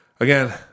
again